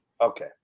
Okay